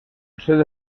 sede